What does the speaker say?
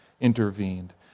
intervened